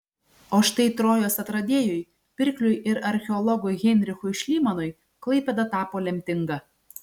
o štai trojos atradėjui pirkliui ir archeologui heinrichui šlymanui klaipėda tapo lemtinga